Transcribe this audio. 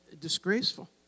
disgraceful